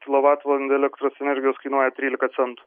kilovatvalandė elektros energijos kainuoja trylika centų